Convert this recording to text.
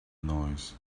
noise